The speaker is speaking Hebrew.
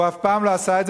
הוא אף פעם לא עשה את זה.